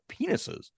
penises